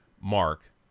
Mark